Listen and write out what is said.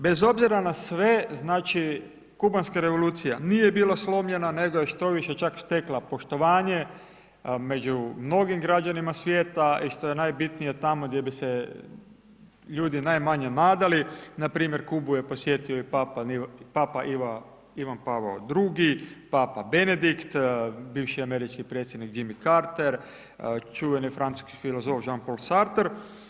Bez obzira na sve, znači kubanska revolucija nije bila slomljena nego je štoviše čak stekla poštovanje među mnogim građanima svijeta i što je najbitnije tamo gdje bi se ljudi najmanje nadali, npr. Kubu je posjetio i Papa Ivan Pavao II., Papa Benedikt, bivši američki predsjednik Jimmy Carter, čuveni francuski filozof Jean-Paul Sartre.